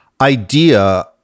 idea